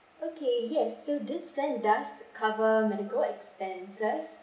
okay yes so this plan does cover medical expenses